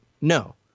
No